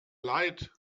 leid